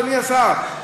אדוני השר,